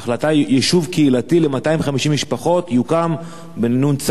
ההחלטה היא: יישוב קהילתי ל-250 משפחות יוקם בנ"צ